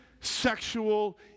sexual